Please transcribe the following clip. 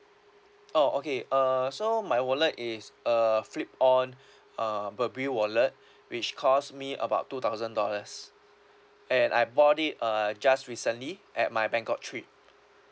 oh okay uh so my wallet is a flip on uh burberry wallet which cost me about two thousand dollars and I bought it uh just recently at my bangkok trip